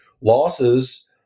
losses